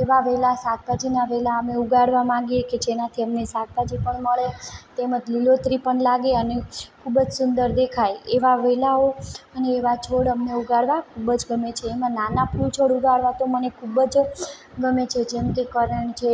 એવા વેલા શાકભાજીના વેલા અમે ઉગાડવા માંગીએ કે જેનાથી અમને શાકભાજી પણ મળે તેમજ લીલોતરી પણ લાગે અને ખૂબ જ સુંદર દેખાય એવા વેલાઓ અને એવા છોડ અમને ઉગાડવા ખૂબ જ ગમે છે એમાં નાના ફૂલછોડ ઉગાડવા તો મને ખૂબ જ ગમે છે જેમ કે કરણ છે